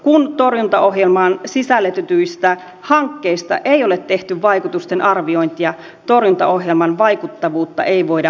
kun torjuntaohjelmaan sisällytetyistä hankkeista ei ole tehty vaikutusten arviointia torjuntaohjelman vaikuttavuutta ei voida todentaa